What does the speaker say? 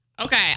Okay